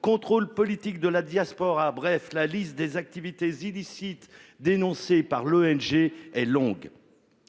contrôle politique de la diaspora. Bref, la liste des activités illicites dénoncée par l'ONG est longue.